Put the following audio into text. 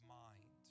mind